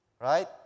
Right